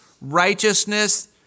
righteousness